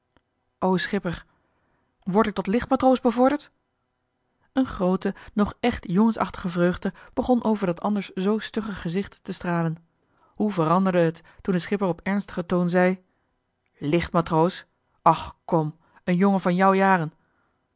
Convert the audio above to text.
ik tot licht matroos bevorderd een groote nog echt jongensachtige vreugde begon over dat anders zoo stugge gezicht te stralen hoe veranderde het toen de schipper op ernstigen toon zei licht matroos och kom een jongen van jou jaren